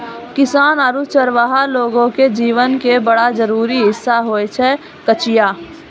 किसान आरो चरवाहा लोगो के जीवन के बड़ा जरूरी हिस्सा होय छै कचिया